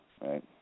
right